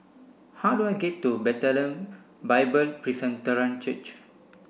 how do I get to Bethlehem Bible Presbyterian Church